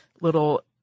little